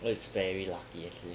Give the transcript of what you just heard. well it's very lucky actually